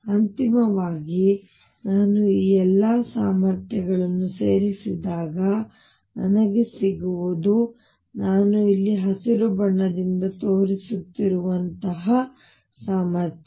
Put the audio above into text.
ಅಂತಿಮವಾಗಿ ನಾನು ಈ ಎಲ್ಲ ಸಾಮರ್ಥ್ಯಗಳನ್ನು ಸೇರಿಸಿದಾಗ ನನಗೆ ಸಿಗುವುದು ನಾನು ಇಲ್ಲಿ ಹಸಿರು ಬಣ್ಣದಲ್ಲಿ ತೋರಿಸುತ್ತಿರುವಂತಹ ಸಾಮರ್ಥ್ಯ